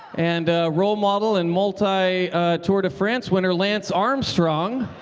and role model and multi tour de france winner, lance armstrong.